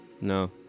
no